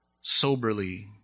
soberly